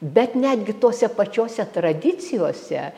bet netgi tose pačiose tradicijose